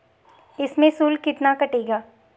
इसमें शुल्क कितना कटेगा?